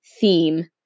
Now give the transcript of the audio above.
theme